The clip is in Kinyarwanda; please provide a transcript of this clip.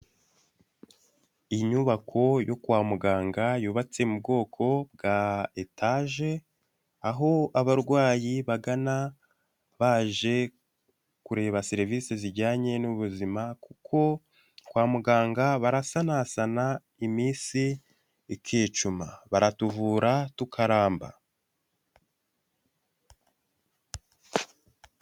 Inyubako yo kwa muganga yubatse mu bwoko bwa etage aho abarwayi bagana baje kureba serivisi zijyanye n'ubuzima kuko kwa muganga barasanasana iminsi ikicuma baratuvura tukaramba.